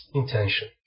intention